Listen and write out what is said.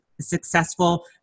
successful